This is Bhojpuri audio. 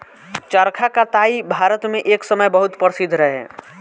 चरखा कताई भारत मे एक समय बहुत प्रसिद्ध रहे